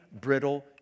brittle